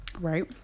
Right